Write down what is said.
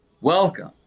welcome